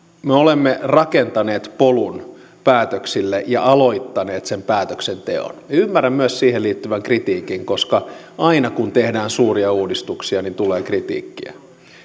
me olemme rakentaneet polun päätöksille ja aloittaneet sen päätöksenteon ymmärrän myös siihen liittyvän kritiikin koska aina kun tehdään suuria uudistuksia tulee kritiikkiä